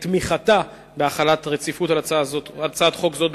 תמיכתה בהחלת רציפות על הצעת חוק זו,